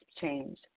change